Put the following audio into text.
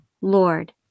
Lord